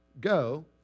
go